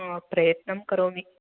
प्रयत्नं करोमि